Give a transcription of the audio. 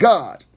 God